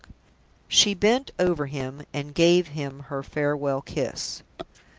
she bent over him, and gave him her farewell kiss.